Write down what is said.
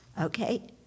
Okay